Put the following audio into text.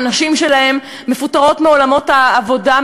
הנשים שלהם מפוטרות מהעבודה,